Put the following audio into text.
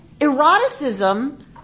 eroticism